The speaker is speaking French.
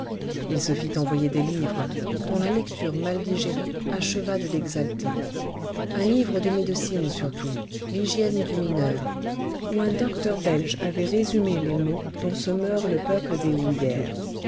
il se fit envoyer des livres dont la lecture mal digérée acheva de l'exalter un livre de médecine surtout l'hygiène du mineur où un docteur belge avait résumé les maux dont se meurt le peuple des